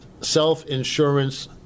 self-insurance